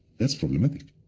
that's problematic.